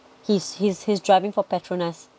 he is he is he is driving for petronas